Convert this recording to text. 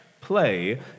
play